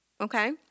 Okay